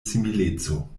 simileco